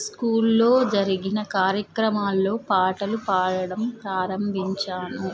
స్కూల్లో జరిగిన కార్యక్రమాల్లో పాటలు పాడడం ప్రారంభించాను